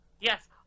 Yes